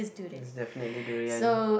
it's definitely durian